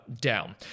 down